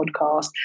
podcast